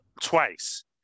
twice